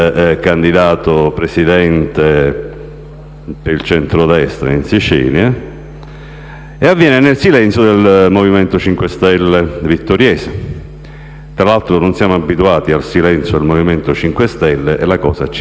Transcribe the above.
del centrodestra in Sicilia, ed avviene nel silenzio del Movimento 5 Stelle vittoriese (tra l'altro non siamo abituati al silenzio del Movimento 5 Stelle e la cosa ci appare un po' curiosa).